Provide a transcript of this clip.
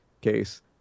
case